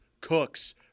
Cooks